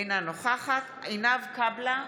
אינה נוכחת עינב קאבלה,